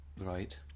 Right